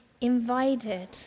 invited